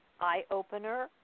eye-opener